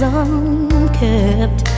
unkept